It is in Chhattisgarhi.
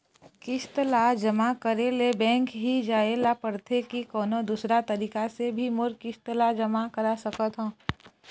किस्त ला जमा करे ले बैंक ही जाए ला पड़ते कि कोन्हो दूसरा तरीका से भी मोर किस्त ला जमा करा सकत हो?